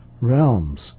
realms